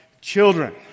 children